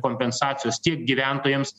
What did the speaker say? kompensacijos tiek gyventojams